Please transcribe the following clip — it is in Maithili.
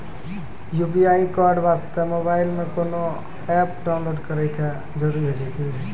यु.पी.आई कोड वास्ते मोबाइल मे कोय एप्प डाउनलोड करे के जरूरी होय छै की?